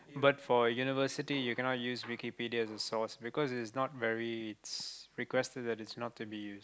but for university you cannot use Wikipedia as a source because it's not very it's requested that it's not to be used